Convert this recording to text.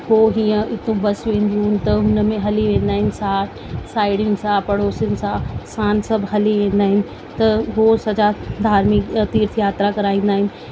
हो हीअं हतूं बस ईंदियूं आहिनि त हुन हली वेंदा आहिनि सा साहेड़ियुनि सां पड़ोसियुनि सां सान सभु हली वेंदा आहिनि त हो सजा धार्मिक तीर्थ यात्रा कराईंदा आहिनि